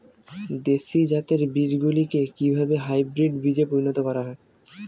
দেশি জাতের বীজগুলিকে কিভাবে হাইব্রিড বীজে পরিণত করা হয়?